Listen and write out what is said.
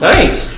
Nice